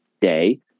day